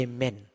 Amen